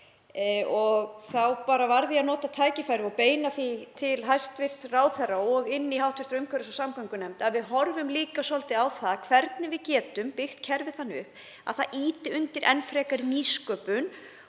plast. Því varð ég að nota tækifærið og beina því til hæstv. ráðherra og hv. umhverfis- og samgöngunefndar að við horfum líka svolítið á það hvernig við getum byggt kerfið þannig upp að það ýti undir enn frekari nýsköpun